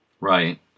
Right